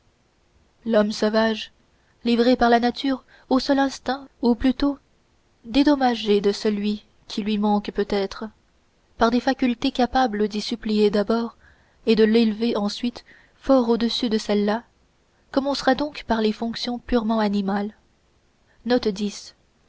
l'homme sauvage livré par la nature au seul instinct ou plutôt dédommagé de celui qui lui manque peut-être par des facultés capables d'y suppléer d'abord et de l'élever ensuite fort au-dessus de celle-là commencera donc par les fonctions purement animales